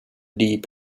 deep